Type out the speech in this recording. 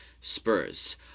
spurs